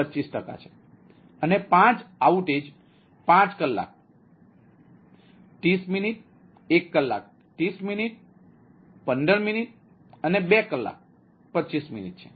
અને 5 આઉટેજ 5 કલાક 30 મિનિટ 1 કલાક 30 મિનિટ 15 મિનિટ અને 2 કલાક 25 મિનિટ છે